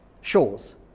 shores